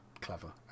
clever